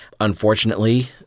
Unfortunately